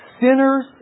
Sinners